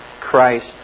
Christ